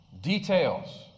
Details